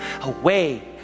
away